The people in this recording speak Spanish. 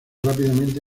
rápidamente